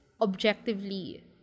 objectively